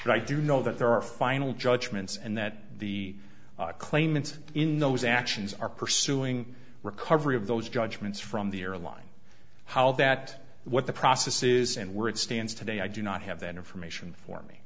but i do know that there are final judgments and that the claimants in those actions are pursuing recovery of those judgments from the airline how that what the process is and where it stands today i do not have that information for